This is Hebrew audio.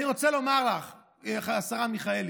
אני רוצה לומר לך, השרה מיכאלי,